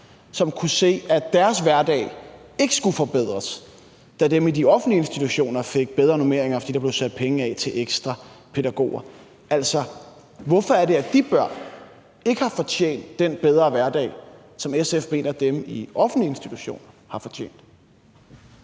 som kunne se, at deres hverdag ikke skulle forbedres, da man i de offentlige institutioner fik bedre normeringer, fordi der blev sat penge af til ekstra pædagoger. Altså, hvorfor er det, at de børn ikke har fortjent den bedre hverdag, som SF mener dem i offentlige institutioner har fortjent?